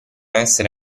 essere